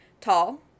Tall